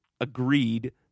agreed